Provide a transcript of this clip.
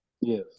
yes